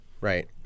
Right